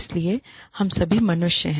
इसलिए हम सभी मनुष्य हैं